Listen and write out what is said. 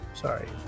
sorry